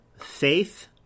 faith